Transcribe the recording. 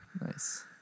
nice